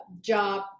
job